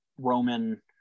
Roman